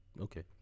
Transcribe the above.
Okay